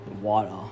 Water